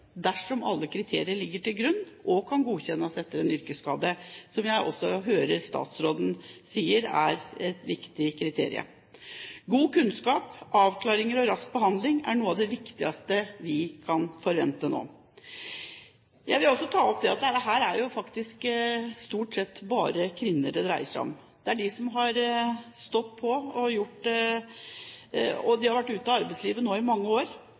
dersom alle kriterier ligger til grunn og kan godkjennes som en yrkesskade, som jeg også hører statsråden sier er et viktig kriterium. God kunnskap, avklaringer og rask behandling er noe av det viktigste vi kan forvente nå. Jeg vil også ta opp at dette stort sett bare dreier seg om kvinner. Det er de som har stått på. De har vært ute av arbeidslivet i mange år